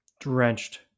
drenched